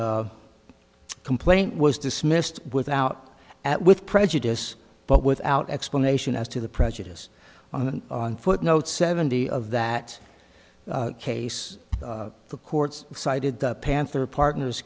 a complaint was dismissed without at with prejudice but without explanation as to the prejudice on the footnote seventy of that case the courts cited the panther partners